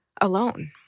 alone